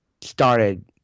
started